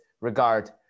regard